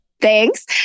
Thanks